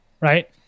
right